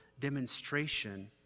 demonstration